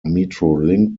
metrolink